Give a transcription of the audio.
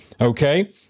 okay